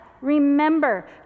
remember